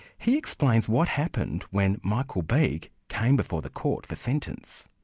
he explains what happened when michael bieg came before the court for sentence.